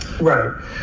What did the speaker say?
Right